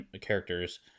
characters